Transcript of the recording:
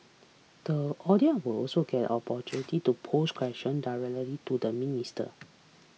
the audience will also get an opportunity to pose question directly to the minister